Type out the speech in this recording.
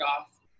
off